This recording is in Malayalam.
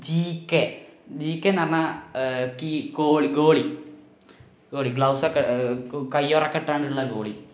ജി കെ ജി കെ എന്നുപറഞ്ഞാൽ ഗോളി ഗോളി ഗ്ലൗസൊക്കെ കയ്യുറയൊക്കെ ഇട്ടുകൊണ്ടുള്ള ഗോളി